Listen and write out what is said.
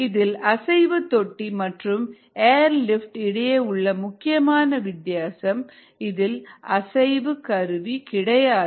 இதில் அசைவு தொட்டி மற்றும் ஏரி லிப்ட் இடையே உள்ள முக்கியமான வித்தியாசம் இதில் அசைவு கருவி கிடையாது